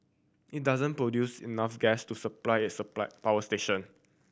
it doesn't produce enough gas to supply its supply power station